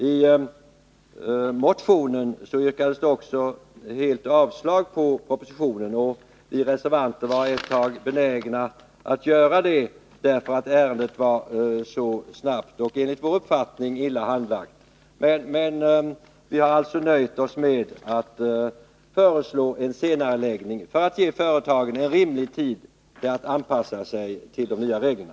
I motionen yrkar man också helt avslag på propositionen, och vi reservanter var ett tag benägna att göra det, därför att ärendet enligt vår uppfattning var så snabbt och illa handlagt. Men vi har alltså nöjt oss med att föreslå en senareläggning, för att ge företagen rimlig tid att anpassa sig till de nya reglerna.